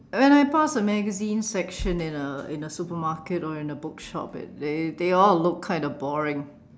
when I pass the magazine section in a in a supermarket or in a bookshop it they they all look kind of boring